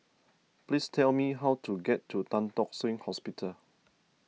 please tell me how to get to Tan Tock Seng Hospital